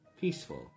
peaceful